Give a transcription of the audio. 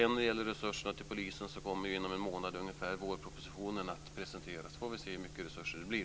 När det gäller resurser till Polisen kommer inom en månad vårpropositionen att presenteras. Då får vi se hur mycket resurser det blir.